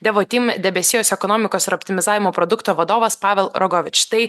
devotim debesijos ekonomikos optimizavimo produkto vadovas pagal rogovič tai